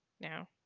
now